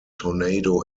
tornado